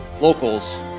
locals